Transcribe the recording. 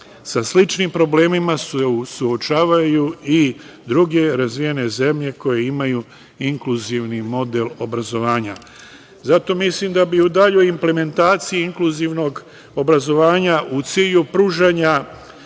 Sa sličnim problemima se suočavaju i druge razvijene zemlje koje imaju inkluzivni model obrazovanja. Zato mislim da bi u daljoj implementaciji inkluzivnog obrazovanja, u cilju pružanja